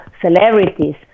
celebrities